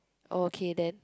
okay then